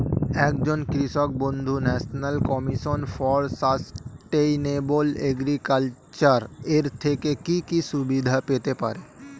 একজন কৃষক বন্ধু national commission for sustainable agriculture এর থেকে কি কি সুবিধা পেতে পারে?